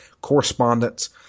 correspondence